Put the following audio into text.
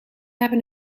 hebben